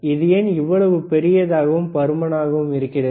இது ஏன் இவ்வளவு பெரியதாகவும் பருமனாகவும் இருக்கிறது